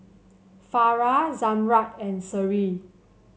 Farah Zamrud and Seri